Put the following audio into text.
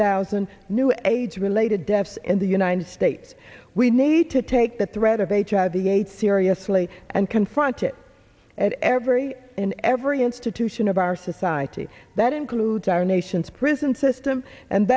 thousand new age related deaths in the united states we need to take the threat of hiv the eight seriously and confront it every in every institution of our society that includes our nation's prison system and